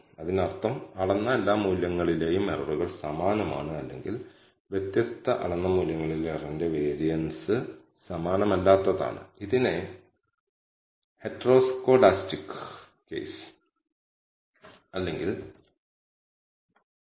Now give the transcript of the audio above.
ഓർക്കുക s β̂₀ എന്നത് σ2 ആണ് ഇത് σxi2 ന്റെ ഈ വർഗ്ഗമൂലത്താൽ ഗുണിച്ച ഡാറ്റയിൽ നിന്ന് n മടങ്ങ് Sxx കൊണ്ട് ഹരിച്ചാൽ കണക്കാക്കുന്നു ഇത് ഒന്നുമല്ല എന്നാൽ നമ്മൾ നേരത്തെ നേടിയതിന്റെ വർഗ്ഗമൂല്യം σ2 ഉപയോഗിച്ച് കണക്കാക്കിയ അളവ് ഉപയോഗിച്ച് മാറ്റിസ്ഥാപിക്കുന്നു